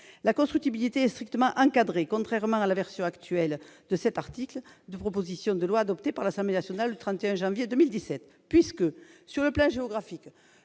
La constructibilité est strictement encadrée, contrairement à la version actuelle de cet article de la proposition de loi adoptée par l'Assemblée nationale le 31 janvier 2017. En effet, sur le plan géographique,